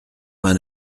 vingt